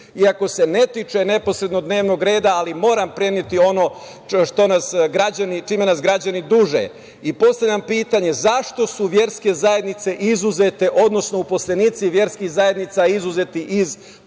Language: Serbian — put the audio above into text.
Iako se ne tiče neposredno dnevnog reda, ali moram preneti ono čime nas građani duže i postavljam pitanje zašto su verske zajednice izuzete, odnosno uposlenici verskih zajednica izuzeti iz pomoći